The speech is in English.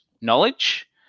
knowledge